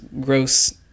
gross